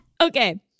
Okay